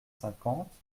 cinquante